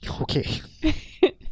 Okay